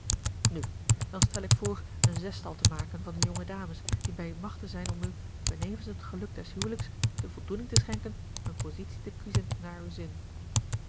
nu dan stel ik voor een zestal te maken van de jonge dames die bij machte zijn om u benevens het geluk des huwelijks de voldoening te schenken eene positie te kiezen naar uw zin